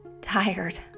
tired